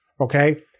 okay